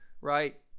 Right